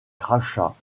crachats